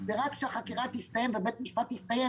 ורק כשהחקירה תסתיים והדיון בבית זה יסתיים